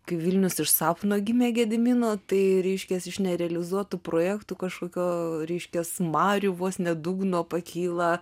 kai vilnius iš sapno gimė gedimino tai reiškias iš nerealizuotų projektų kažkokio reiškias marių vos ne dugno pakyla